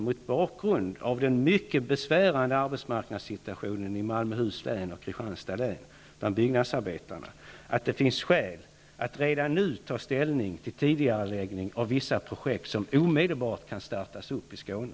Mot bakgrund av den mycket besvärande arbetsmarknadssituationen bland byggnadsarbetarna i Malmöhus län och Kristianstads län, anser inte kommunikationsministern att det finns skäl att redan nu ta ställning till tidigareläggning av vissa projekt som omedelbart kan påbörjas i Skåne?